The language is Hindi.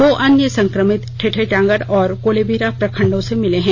दो अन्य संक्रमित ठेठईटांगर और कोलेबिरा प्रखंडों में मिले हैं